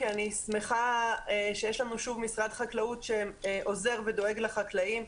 כי אני שמחה שיש לנו שוב משרד חקלאות שעוזר ודואג לחקלאים.